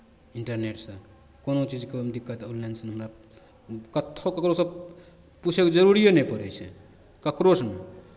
इन्टरनेटसँ कोनो चीजके ओहिमे दिक्कत ऑनलाइनसँ हमरा कतहु ककरोसँ पूछयके जरूरिए नहि पड़ै छै ककरोसँ नहि